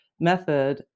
method